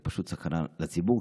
זה פשוט סכנה לציבור,